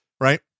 right